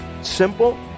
Simple